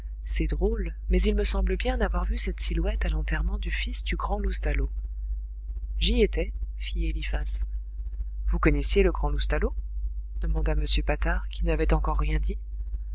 c'est drôle mais il me semble bien avoir vu cette silhouette à l'enterrement du fils du grand loustalot j'y étais fit eliphas vous connaissiez le grand loustalot demanda m patard qui n'avait encore rien dit